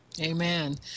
Amen